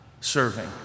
serving